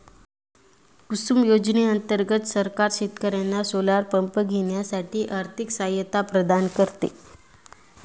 कुसुम योजने अंतर्गत सरकार शेतकर्यांना सोलर पंप घेण्यासाठी आर्थिक सहायता प्रदान करते